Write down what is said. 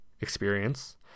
experience